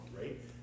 right